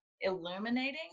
illuminating